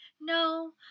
No